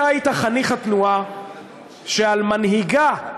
אתה היית חניך התנועה שעל מנהיגה,